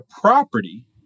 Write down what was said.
property